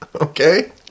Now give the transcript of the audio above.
Okay